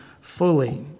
fully